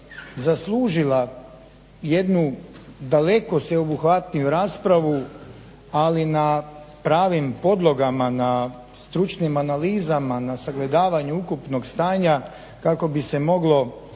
zaslužila jednu daleko sveobuhvatniju raspravu, ali na pravim podlogama na stručnim analizama, na sagledavanju ukupnog stanja kako bi se moglo